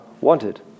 wanted